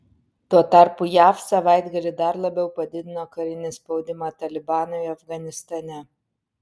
tuo tarpu jav savaitgalį dar labiau padidino karinį spaudimą talibanui afganistane